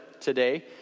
today